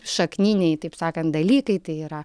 šakniniai taip sakant dalykai tai yra